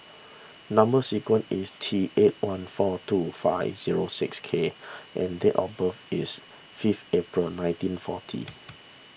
Number Sequence is T eight one four two five zero six K and date of birth is five April nineteen forty